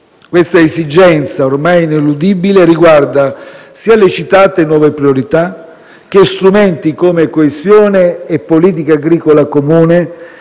Questa esigenza, ormai ineludibile, riguarda sia le citate nuove priorità che strumenti come coesione e politica agricola comune,